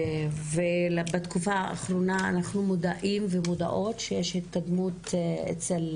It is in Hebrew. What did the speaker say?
בתקופה האחרונה אנחנו מודעים ומודעות לכך שיש התקדמות אצל